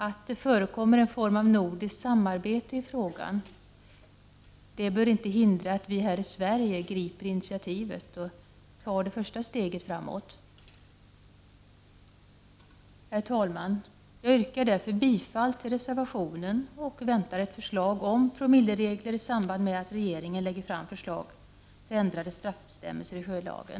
Att det förekommer en form av nordiskt samarbete i frågan bör inte hindra att vi här i Sverige griper initiativet och tar det första steget framåt. Herr talman! Jag yrkar därför bifall till reservationen och väntar ett förslag om promilleregler i samband med att regeringen lägger fram förslag till ändrade straffbestämmelser i sjölagen.